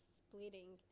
splitting